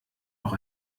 noch